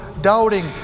doubting